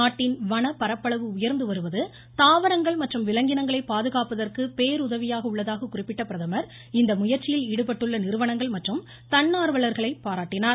நாட்டின் வனப் பரப்பளவு உயா்ந்து வருவது தாவரங்கள் மற்றும் விலங்கினங்களை பாதுகாப்பதற்கு பேருதவியாக உள்ளதாக குறிப்பிட்ட பிரதமர் இந்த முயற்சியில் ஈடுபட்டுள்ள நிறுவனங்கள் மற்றும் தன்னார்வலர்களை பாராட்டினார்